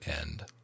end